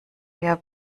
wir